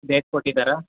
date ಕೊಟ್ಟಿದ್ದಾರ